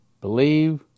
believe